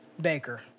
Baker